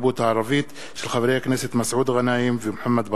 של חברי הכנסת מסעוד גנאים ומוחמד ברכה.